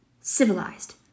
Civilized